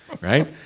Right